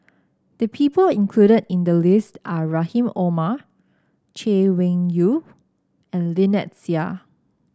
the people included in the list are Rahim Omar Chay Weng Yew and Lynnette Seah